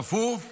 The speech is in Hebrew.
כפוף